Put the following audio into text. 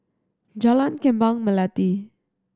Jalan Kembang Melati